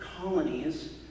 colonies